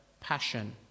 passion